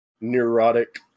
neurotic